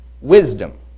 wisdom